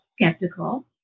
skeptical